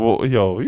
yo